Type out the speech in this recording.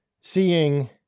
seeing